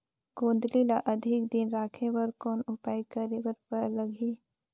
गोंदली ल अधिक दिन राखे बर कौन उपाय करे बर लगही?